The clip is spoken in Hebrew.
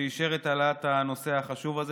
שאישר את העלאת הנושא החשוב הזה.